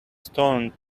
stoned